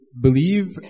believe